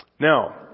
Now